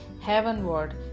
heavenward